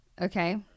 Okay